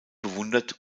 bewundert